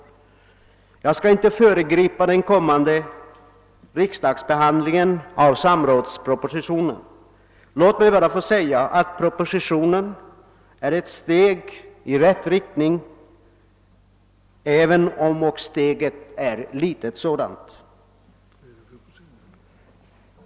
Jag skall inte föregripa den kommande riksdagsbehandlingen av propositionen — låt mig bara säga att det som där föreslås är ett steg i rätt riktning, även om steget är litet.